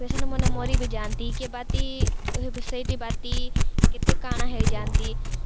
ପେସେଣ୍ଟ୍ମାନେ ମରି ବି ଯାଆନ୍ତି କିଏ ବାନ୍ତି ସେଇଠି ବାନ୍ତି କେତେ କା'ଣା ହେଇଯାଆନ୍ତି